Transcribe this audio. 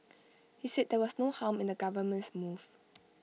he said there was no harm in the government's move